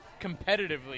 competitively